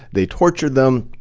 they tortured them,